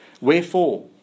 Wherefore